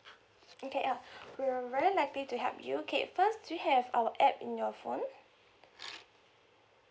okay uh we're very likely to help you okay first do you have our app in your phone